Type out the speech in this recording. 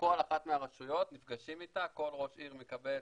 בכל אחת מהרשויות, נפגשים איתם, כל ראש עיר מקבל